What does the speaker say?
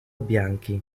bianchi